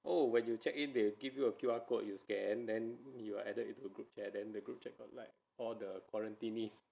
oh when you check in they give you a Q_R code you scan then you are added into the group chat there then the group got all the like the qurantinees